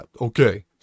okay